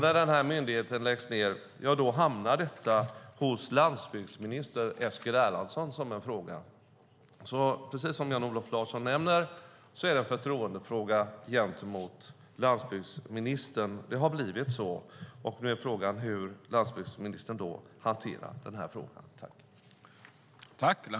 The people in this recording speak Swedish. När den myndigheten läggs ned hamnar detta hos landsbygdsminister Eskil Erlandsson som en fråga, så precis som Jan-Olof Larsson nämner är det en förtroendefråga gentemot landsbygdsministern. Det har blivit så, och nu är frågan hur landsbygdsministern hanterar denna fråga.